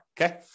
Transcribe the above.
Okay